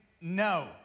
no